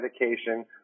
medication